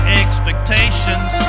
expectations